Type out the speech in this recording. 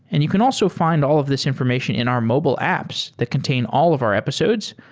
and you can also find all of these information in our mobile apps that contain all of our episodes.